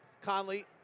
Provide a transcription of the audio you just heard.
Conley